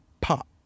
pop